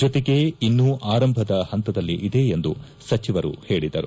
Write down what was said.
ಜೊತೆಗೆ ಇನ್ನೂ ಆರಂಭದ ಹಂತದಲ್ಲಿದೆ ಎಂದು ಸಚಿವರು ಹೇಳಿದರು